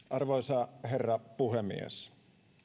arvoisa herra puhemies